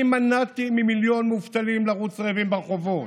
אני מנעתי ממיליון מובטלים לרוץ רעבים ברחובות,